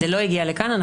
זה לא הגיע לכאן.